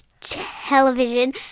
television